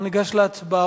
אנחנו ניגש להצבעות,